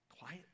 Quiet